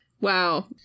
Wow